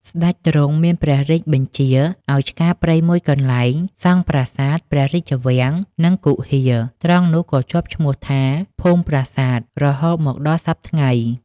ស្ដេចទ្រង់មានព្រះរាជបញ្ជាឲ្យឆ្ការព្រៃមួយកន្លែង សង់ប្រាសាទ ព្រះរាជវាំង និងគុហា ត្រង់នោះក៏ជាប់ឈ្មោះថា ភូមិប្រាសាទ រហូតមកដល់សព្វថ្ងៃ ។